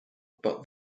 but